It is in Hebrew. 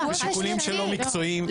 משיקולים שהם לא מקצועיים.